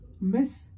miss